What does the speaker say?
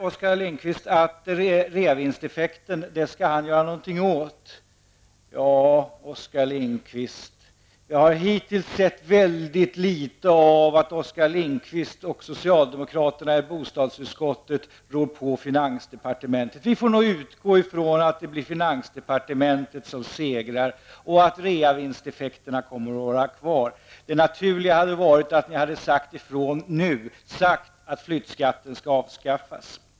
Oskar Lindkvist säger att han skall göra något åt reavinsteffekten. Jag har hittills sett väldigt få exempel på att Oskar Lindkvist och de andra socialdemokraterna i bostadsutskottet skulle rå på finansdepartementet. Vi får nog utgå ifrån att det blir finansdepartementet som segrar och att reavinsteffekten kommer att finnas kvar. Det naturliga hade varit att ni hade sagt ifrån nu att flyttskatten skall avskaffas.